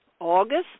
August